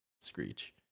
screech